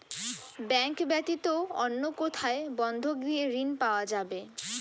Bank ব্যাতীত অন্য কোথায় বন্ধক দিয়ে ঋন পাওয়া যাবে?